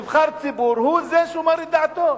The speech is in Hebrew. נבחר ציבור, הוא זה שאומר את דעתו.